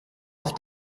auf